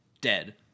dead